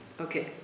Okay